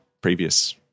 previous